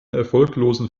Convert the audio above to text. erfolglosen